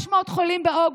600 חולים באוגוסט.